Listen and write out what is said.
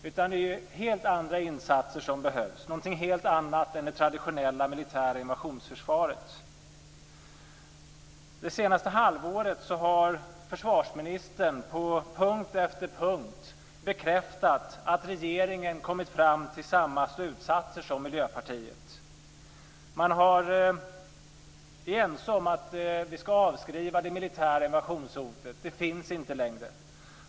Det behövs helt andra insatser, någonting helt annat än det traditionella militära invasionsförsvaret. Det senaste halvåret har försvarsministern på punkt efter punkt bekräftat att regeringen har kommit fram till samma slutsatser som Miljöpartiet. Vi är ense om att vi skall avskriva det militära invasionshotet; det finns inte längre.